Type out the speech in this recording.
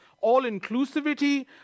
all-inclusivity